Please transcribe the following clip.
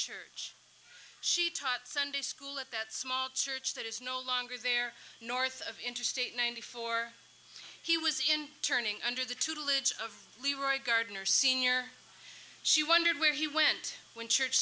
church she taught sunday school at that small church that is no longer there north of interstate ninety four he was in turning under the tutelage of leroy gardener sr she wondered where he went when church